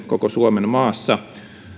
koko maassa